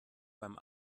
beim